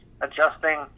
adjusting